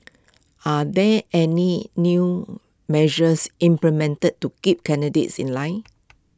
are there any new measures implemented to keep candidates in line